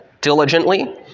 diligently